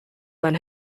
than